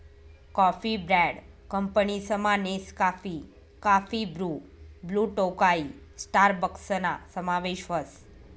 coffee brand कंपनीसमा Nescafe, coffee Bru, Blue Tokai स्टारबक्सना समावेश व्हस